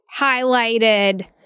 highlighted